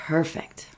Perfect